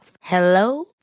Hello